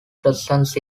presents